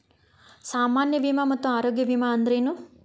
ಸಾಮಾನ್ಯ ವಿಮಾ ಮತ್ತ ಆರೋಗ್ಯ ವಿಮಾ ಅಂದ್ರೇನು?